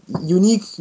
unique